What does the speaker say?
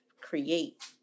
create